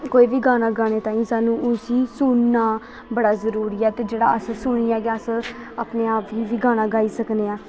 कोई बी गाना गाने ताईं सानूं उस्सी सुनना बड़ा जरूरी ऐ ते जेह्ड़ा अस सुनियै गै अस अपने आप गी बी गाना गाई सकने आं